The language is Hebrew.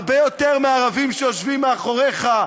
הרבה יותר מהערבים שיושבים מאחוריך,